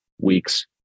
weeks